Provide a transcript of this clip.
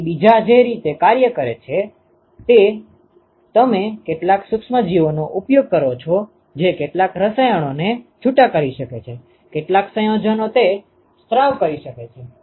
તેથી બીજા જે રીતે કાર્ય કરે છે તે છે તમે કેટલાક સુક્ષ્મસજીવોનો ઉપયોગ કરો છો જે કેટલાક રસાયણોને છૂટા કરી શકે છે કેટલાક સંયોજનો તે સ્ત્રાવ કરી શકે છે